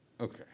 okay